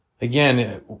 Again